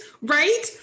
Right